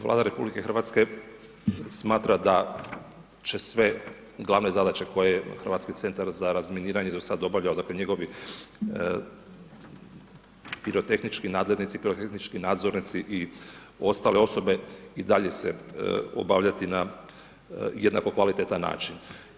Vlada RH smatra da će sve glavne zadaće koje je Hrvatski centar za razminiranje (HCR) do sada obavljao, dakle, njegovi pirotehnički nadglednici, pirotehnički nadzornici i ostale osobe i dalje se obavljati na jednako kvalitetan način.